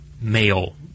male